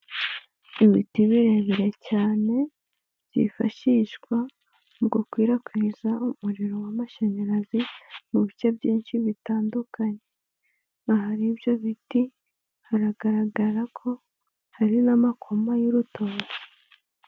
Ibiti birebire cyane byifashishwa mu gukwirakwiza umuriro w'amashanyarazi mu bice byinshi bitandukanye, ahari ibyo biti hagaragara ko hari n'amakoma y'urutoki.